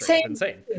insane